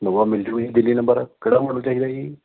Innova ਮਿਲ ਜੂਗੀ Delhi number ਕਿਹੜਾ ਮੋਡਲ ਚਾਹੀਦਾ ਜੀ